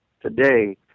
today